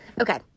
okay